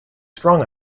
strong